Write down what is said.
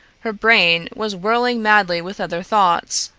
her brain was whirling madly with other thoughts.